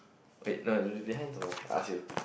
wait no you you behind some more I ask you